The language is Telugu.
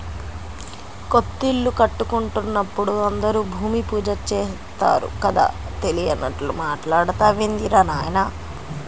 కొత్తిల్లు కట్టుకుంటున్నప్పుడు అందరూ భూమి పూజ చేత్తారు కదా, తెలియనట్లు మాట్టాడతావేందిరా నాయనా